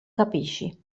capisci